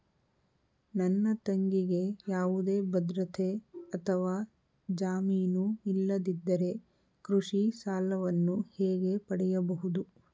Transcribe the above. ನನ್ನ ತಂಗಿಗೆ ಯಾವುದೇ ಭದ್ರತೆ ಅಥವಾ ಜಾಮೀನು ಇಲ್ಲದಿದ್ದರೆ ಕೃಷಿ ಸಾಲವನ್ನು ಹೇಗೆ ಪಡೆಯಬಹುದು?